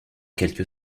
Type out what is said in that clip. quelque